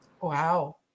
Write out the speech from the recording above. Wow